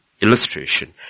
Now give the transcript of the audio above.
illustration